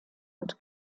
und